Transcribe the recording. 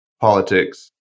politics